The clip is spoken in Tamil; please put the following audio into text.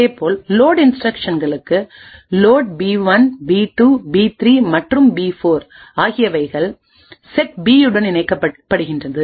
இதேபோல் லோட் இன்ஸ்டிரக்ஷன்களுக்கு லோட்பி 1 பி 2 பி 3 மற்றும் பி 4 ஆகியவைகள் செட் பியுடன் இணைக்கப்படுகின்றது